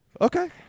Okay